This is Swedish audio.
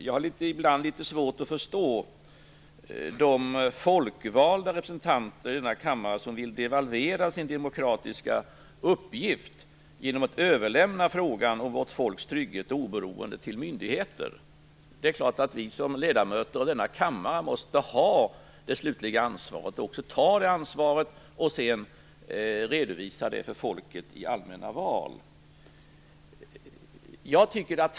Jag har ibland litet svårt att förstå de folkvalda representanter i denna kammare som vill devalvera sin demokratiska uppgift genom att överlämna frågan om vårt folks trygghet och oberoende till myndigheter. Vi som ledamöter av denna kammare måste ha det slutliga ansvaret och också ta det. Sedan får vi i de allmänna valen redovisa för folket hur vi har lyckats.